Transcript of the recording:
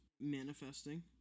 manifesting